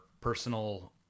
personal